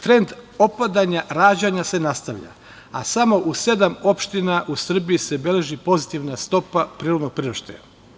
Trend opadanja rađanja se nastavlja, a samo u sedam opština u Srbiji se beleži pozitivna stopa prirodnog priraštaja.